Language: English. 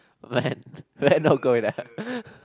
man we're not gonna